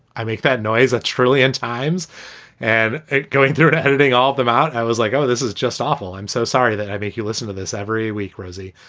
i make that noise a trillion times and going through the editing, all of them out. i was like, oh this is just awful. i'm so sorry that i make you listen to this every week rosie,